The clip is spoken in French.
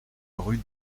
rue